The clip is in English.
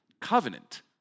covenant